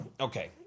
okay